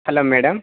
hello madam